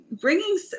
bringing